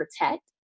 protect